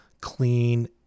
clean